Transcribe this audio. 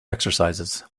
exercises